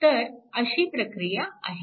तर अशी प्रक्रिया आहे